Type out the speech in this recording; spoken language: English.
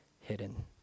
hidden